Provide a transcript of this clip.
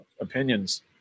Opinions